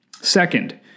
Second